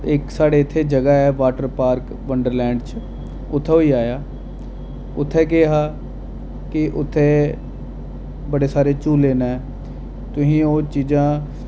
इक साढ़े इत्थै जगह् ऐ वाटर पार्क वंडर लैंड च उत्थै होई आया उत्थै केह् हा कि उत्थै बड़े सारे झूले न तुस ओह् चीजां